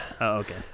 okay